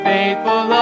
Faithful